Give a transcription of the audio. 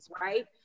right